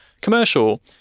commercial